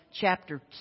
chapter